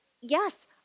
yes